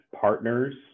partners